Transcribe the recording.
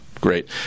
great